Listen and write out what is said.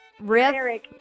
riff